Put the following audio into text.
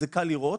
זה קל לראות,